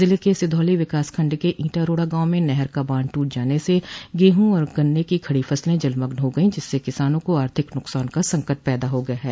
ज़िले के सिधौली विकास खण्ड के ईटा रोडा गांव में नहर का बांध टूट जाने से गेहूं और गन्ने की खड़ी फसल जलमग्न हो गयीं जिससे किसानों को आर्थिक नुकसान का संकट पैदा हो गया है